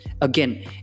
Again